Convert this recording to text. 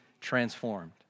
transformed